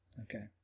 Okay